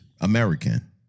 American